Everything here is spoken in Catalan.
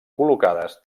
col·locades